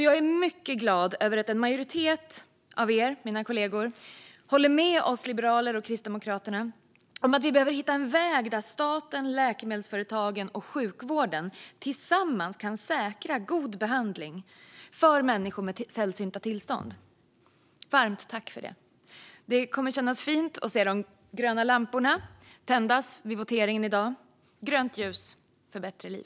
Jag är mycket glad över att en majoritet av er, mina kollegor, håller med oss liberaler och kristdemokrater om att vi behöver hitta en väg där staten, läkemedelsföretagen och sjukvården tillsammans kan säkra god behandling för människor med sällsynta tillstånd. Varmt tack för detta! Det kommer att kännas fint att se de gröna lamporna tändas vid voteringen i dag. Grönt ljus för bättre liv.